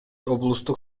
облустук